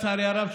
לצערי הרב,